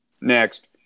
Next